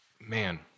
man